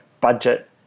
budget